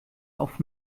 auf